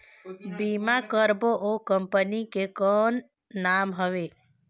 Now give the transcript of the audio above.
बीमा करबो ओ कंपनी के कौन नाम हवे?